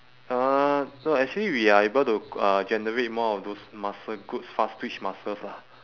uh no actually we are able to uh generate more of those muscle good fast twitch muscles lah